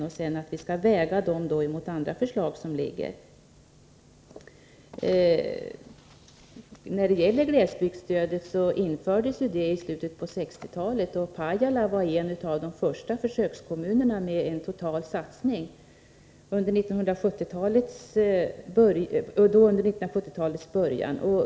Vi kommer sedan att väga dem mot andra förslag som väckts. Glesbygdsstödet infördes i slutet på 1960-talet, och Pajala var en av de första försökskommunerna, med en total satsning under 1970-talets början.